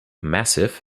massif